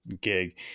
gig